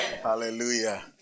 Hallelujah